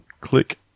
click